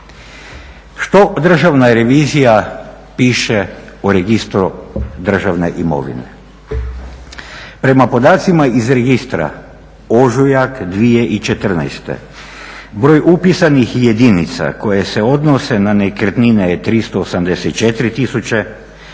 Što državna revizija piše o Registru državne imovine? Prema podacima iz registra, ožujak 2014. broj upisanih jedinica koje se odnose na nekretnine je 384 tisuće,